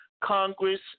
Congress